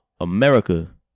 America